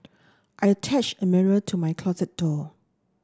i attached the mirror to my closet door